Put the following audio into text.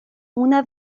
una